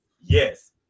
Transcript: Yes